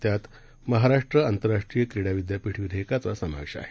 त्यातमहाराष्ट्रआंतरराष्ट्रीयक्रीडाविद्यापीठविधेयकाचासमावेशआहे